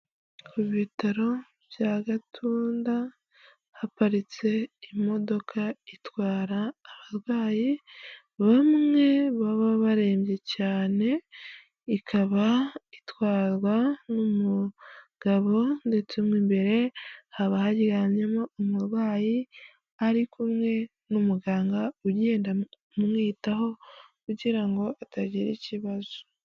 Mu bitaro bya Gatunda haparitse imodoka itwara abarwayi bamwe baba barembye cyane, ikaba itwarwa n'umugabo ndetse imbere haba haryamyemo umurwayi, ari kumwe n'umuganga ugenda umwitaho kugira ngo atagira ikibazo.